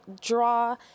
draw